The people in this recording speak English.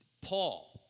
Paul